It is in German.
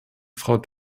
frau